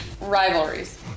rivalries